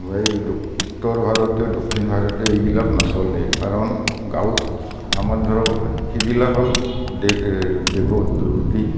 এই উত্তৰ ভাৰতীয় দক্ষিণ ভাৰতীয় এইবিলাক নচলে কাৰণ গাঁৱত আমাৰ ধৰক সিবিলাক হ'ল দেশ দেশত ৰুটি